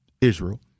Israel